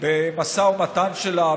במשא ומתן שלה,